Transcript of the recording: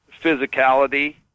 physicality